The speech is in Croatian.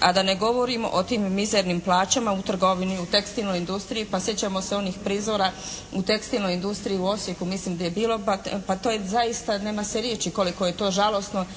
a da ne govorim o tim mizernim plaćama u trgovini, u tekstilnoj industriji. Pa sjećamo se onih prizora u tekstilnoj industriji u Osijeku mislim da je bilo, pa to je zaista nema se riječi koliko je to žalosno